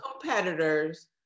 competitors